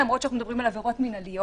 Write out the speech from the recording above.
למרות שאנחנו מדברים על עבירות מינהליות.